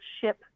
ship